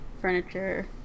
furniture